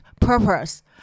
purpose